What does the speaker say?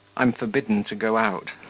i'm forbidden to go out.